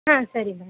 ಹಾಂ ಸರಿ ಬಾಯ್